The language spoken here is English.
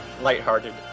lighthearted